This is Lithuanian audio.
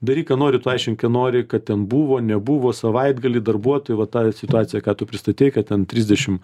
daryk ką nori tu aiškink ką nori kad ten buvo nebuvo savaitgalį darbuotojų va tą situaciją ką tu pristatei kad ten trisdešim